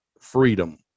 freedom